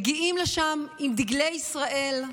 מגיעים לשם עם דגלי ישראל,